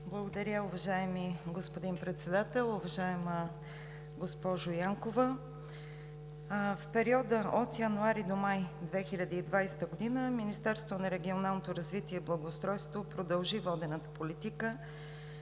Благодаря, уважаеми господин Председател. Уважаема госпожо Янкова, в периода от януари до май 2020 г. Министерството на регионалното развитие и благоустройството продължи водената политика